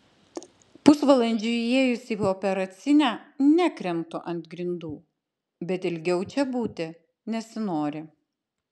pusvalandžiui įėjus į operacinę nekrentu ant grindų bet ilgiau čia būti nesinori